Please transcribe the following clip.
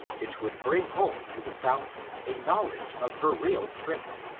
it would bring home to the south a knowledge of her real strength.